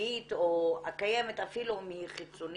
הפנימית או הקיימת, אפילו אם היא חיצונית,